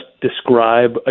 describe